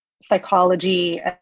Psychology